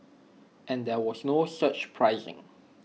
and there was no surge pricing